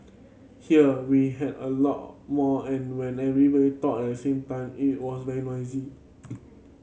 here we had a lot more and when every we talked at the same time it was very noisy